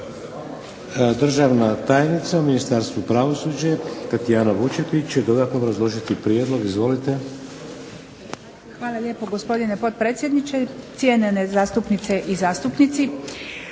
Hvala lijepa. Gospodine potpredsjedniče, kolegice i kolege zastupnici.